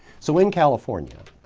so in california,